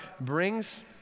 brings